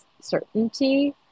certainty